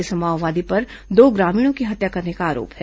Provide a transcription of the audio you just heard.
इस माओवादी पर दो ग्रामीणों की हत्या करने का आरोप है